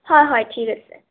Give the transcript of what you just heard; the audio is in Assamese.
হয় হয় ঠিক আছে